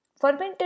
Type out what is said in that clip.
Fermented